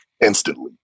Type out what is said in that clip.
instantly